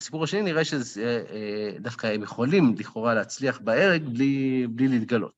בסיפור השני, נראה שדווקא הם יכולים לכאורה להצליח בהרג בלי להתגלות.